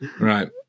Right